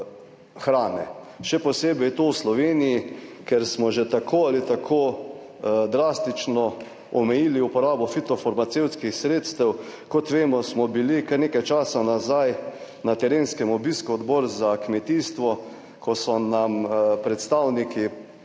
hrane. Še posebej to v Sloveniji, ker smo že tako ali tako drastično omejili uporabo fitofarmacevtskih sredstev. Kot vemo, smo bili, kar nekaj časa nazaj, na terenskem obisku, Odbor za kmetijstvo, ko so nam predstavniki